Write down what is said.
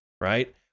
right